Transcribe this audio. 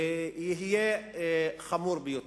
יהיה חמור ביותר.